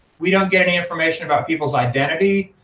we don't get any information about people's identity,